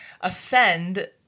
offend